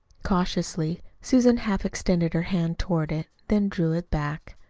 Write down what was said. cautiously susan half extended her hand toward it, then drew it back.